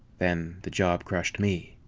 then the job crushed me.